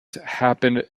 happened